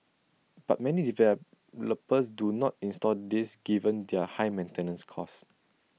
but many developers do not install these given their high maintenance costs